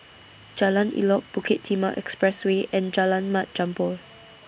Jalan Elok Bukit Timah Expressway and Jalan Mat Jambol